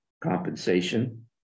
compensation